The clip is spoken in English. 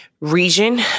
Region